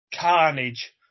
carnage